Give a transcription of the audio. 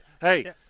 Hey